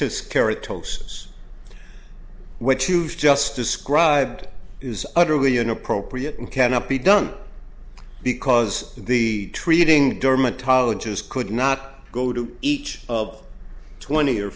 scary talks what you've just described is utterly inappropriate and cannot be done because the treating dermatologist could not go to each of twenty or